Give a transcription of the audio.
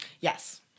Yes